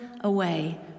away